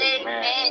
Amen